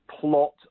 plot